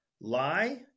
lie